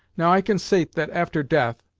now, i consait that, after death,